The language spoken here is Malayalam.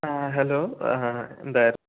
ഹെലോ എന്തായിരുന്നു